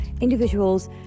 individuals